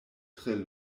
tre